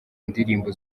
ndirimbo